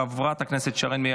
חברת הכנסת שרן מרים